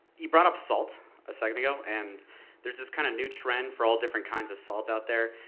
you brought up salt a second ago and there's this kind of new trend for all different kinds of salt out there.